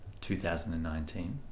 2019